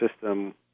system